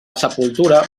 sepultura